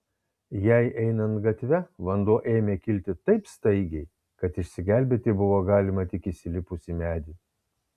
jai einant gatve vanduo ėmė kilti taip staigiai kad išsigelbėti buvo galima tik įsilipus į medį